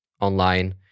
online